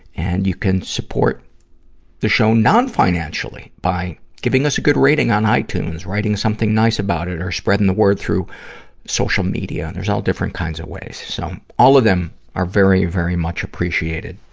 and you can support the show non-financially by giving us a good rating on ah itunes, writing something nice about it, or spreading the word through social media. there's all different kinds of ways. so all of them are very, very much appreciated.